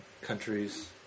countries